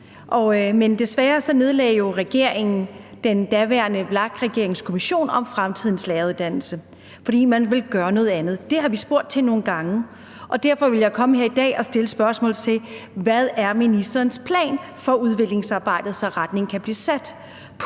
Men desværre nedlagde regeringen jo den daværende VLAK-regerings kommission om fremtidens læreruddannelse, fordi man ville gøre noget andet. Det har vi spurgt til nogle gange. Derfor ville jeg komme her i dag og stille spørgsmålet om, hvad ministerens planer er for udviklingsarbejdet, så retningen kan blive sat.